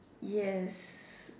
yes